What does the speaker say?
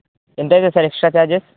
ఎంత అవుతుంది sir extra charges